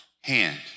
hand